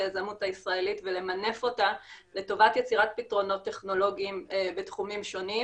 היזמות הישראלית ולמנף אותה לטובת יצירת פתרונות טכנולוגיים בתחומים שונים.